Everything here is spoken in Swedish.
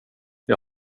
jag